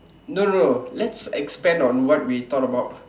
no no no let's expand on what we thought about